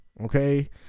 Okay